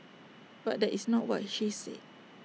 but that is not what she said